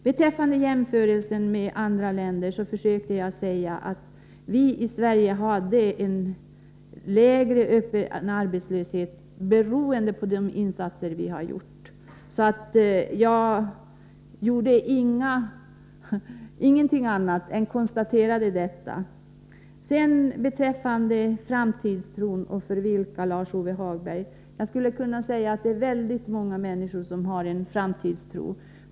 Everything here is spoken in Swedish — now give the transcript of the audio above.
Beträffande jämförelsen med andra länder försökte jag säga att vi i Sverige hade en lägre öppen arbetslöshet, beroende på de insatser vi har gjort. Jag gjorde ingenting annat än konstaterade detta. Lars-Ove Hagberg talade om framtidstron. Väldigt många människor har en framtidstro.